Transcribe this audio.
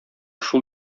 шул